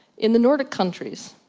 in the nordic countries,